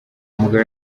mugabo